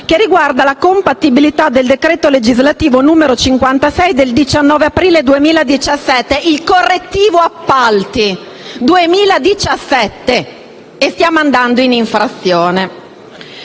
che riguarda la compatibilità del decreto legislativo n. 56 del 19 aprile 2017, il correttivo appalti; e stiamo andando in infrazione.